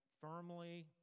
firmly